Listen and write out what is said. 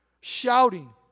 shouting